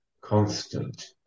constant